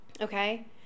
Okay